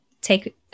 take